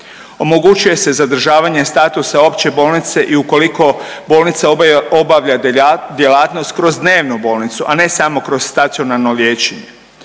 Omogućuje se zadržavanje statusa opće bolnice i ukoliko bolnica obavlja djelatnost kroz dnevnu bolnicu, a ne samo kroz stacionarno liječenje.